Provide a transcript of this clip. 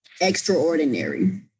extraordinary